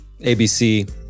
ABC